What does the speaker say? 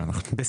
רביזיה.